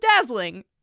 dazzling